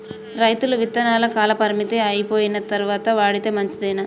రైతులు విత్తనాల కాలపరిమితి అయిపోయిన తరువాత వాడితే మంచిదేనా?